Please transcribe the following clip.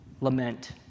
Lament